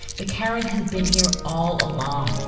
the carrot has been here all along,